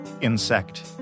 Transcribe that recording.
insect